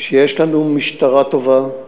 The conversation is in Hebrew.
שיש לנו משטרה טובה,